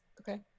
Okay